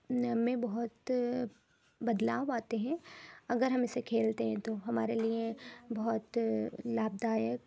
میں بہت بدلاؤ آتے ہیں اگر ہم اسے کھیلتے ہیں تو ہمارے لیے بہت لابھدایک